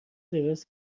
دراز